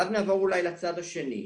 ואז נעבור אולי לצד השני,